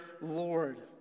Lord